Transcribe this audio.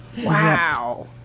Wow